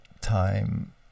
time